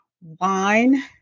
wine